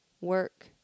work